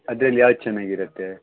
ಅದರಲ್ಲಿ ಯಾವ್ದು ಚೆನ್ನಾಗಿರತ್ತೆ